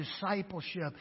discipleship